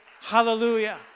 Hallelujah